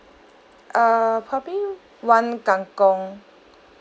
err probably one kang kong